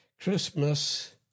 Christmas